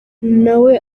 nawe